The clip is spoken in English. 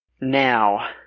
Now